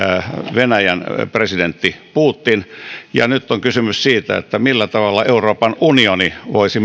venäjän presidentti putin ja nyt on kysymys siitä millä tavalla myöskin euroopan unioni voisi